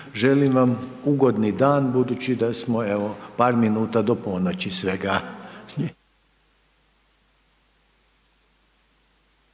Želim vam ugodni dan, budući da smo, evo par minuta do ponoći svega.